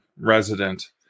resident